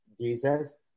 Jesus